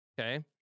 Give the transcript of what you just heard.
okay